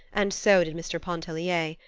and so did mr. pontellier.